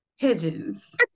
pigeons